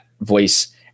voice